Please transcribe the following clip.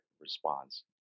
response